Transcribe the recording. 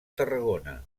tarragona